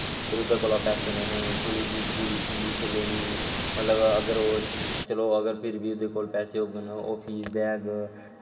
फिर ओह्दे कोला दा पैहे लैने ओह्दी कोई फीस लैनी चलो फ्ही अगर ओह्दे कोल पैसे होङन फीस देग